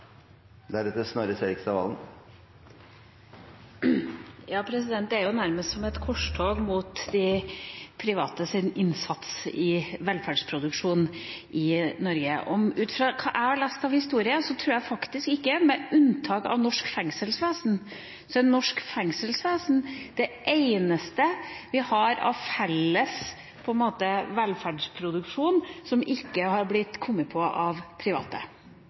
jo nærmest som et korstog mot de privates innsats i velferdsproduksjonen i Norge. Ut fra hva jeg har lest av historie, er norsk fengselsvesen det eneste vi har av på en måte felles velferdsproduksjon som ikke har blitt til av private.